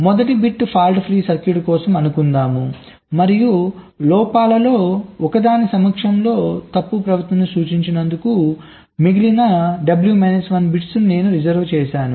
మొదటి bit fault free circuit కోసం అనుకుందాం మరియు లోపాలలో ఒకదాని సమక్షంలో తప్పు ప్రవర్తనను సూచించినందుకు మిగిలిన W మైనస్ 1 బిట్ నేను రిజర్వు చేసాను